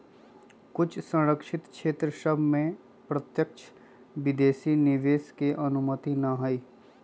कुछ सँरक्षित क्षेत्र सभ में प्रत्यक्ष विदेशी निवेश के अनुमति न हइ